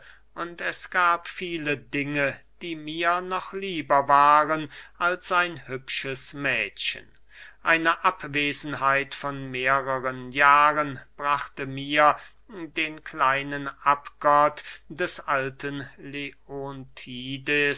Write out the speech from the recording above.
und es gab viele dinge die mir noch lieber waren als ein hübsches mädchen eine abwesenheit von mehreren jahren brachte mir den kleinen abgott des alten